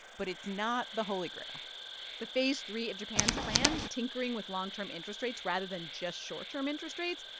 but it's not the holy grail the phase three of japan's plan, tinkering with long-term interest rates rather than just short-term interest rates,